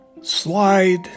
slide